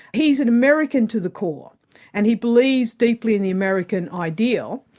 he's an american to the core and he believes deeply in the american ideal.